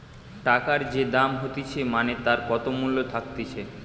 টাকার যে দাম হতিছে মানে তার কত মূল্য থাকতিছে